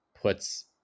puts